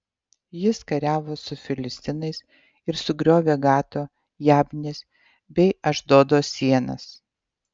jis kariavo su filistinais ir sugriovė gato jabnės bei ašdodo sienas